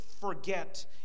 forget